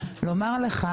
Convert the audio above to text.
אני רוצה לומר לך,